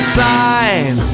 sign